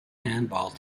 handball